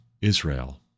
Israel